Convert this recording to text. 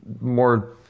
more